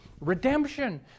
Redemption